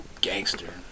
gangster